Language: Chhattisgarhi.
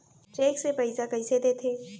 चेक से पइसा कइसे देथे?